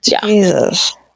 Jesus